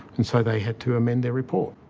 and so they had to amend their report.